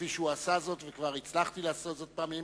כפי שהוא עשה זאת, וכבר הצלחתי לעשות זאת פעמים.